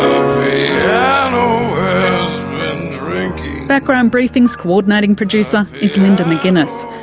um background briefing's co-ordinating producer is linda mcginness.